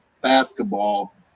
basketball